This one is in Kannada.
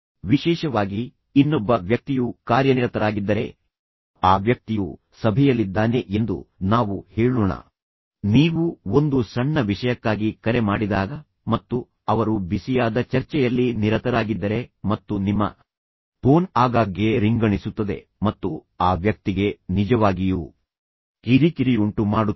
ವಿಶೇಷವಾಗಿ ಇನ್ನೊಬ್ಬ ವ್ಯಕ್ತಿಯು ಕಾರ್ಯನಿರತರಾಗಿದ್ದರೆ ಆ ವ್ಯಕ್ತಿಯು ಸಭೆಯಲ್ಲಿದ್ದಾನೆ ಎಂದು ನಾವು ಹೇಳೋಣ ನೀವು ಒಂದು ಸಣ್ಣ ವಿಷಯಕ್ಕಾಗಿ ಕರೆ ಮಾಡಿದಾಗ ಮತ್ತು ಅವರು ಬಿಸಿಯಾದ ಚರ್ಚೆಯಲ್ಲಿ ನಿರತರಾಗಿದ್ದರೆ ಮತ್ತು ನಿಮ್ಮ ಫೋನ್ ಆಗಾಗ್ಗೆ ರಿಂಗಣಿಸುತ್ತದೆ ಮತ್ತು ಆ ವ್ಯಕ್ತಿಗೆ ನಿಜವಾಗಿಯೂ ಕಿರಿಕಿರಿಯುಂಟು ಮಾಡುತ್ತದೆ